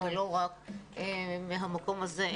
ולא רק מהמקום הזה.